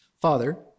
Father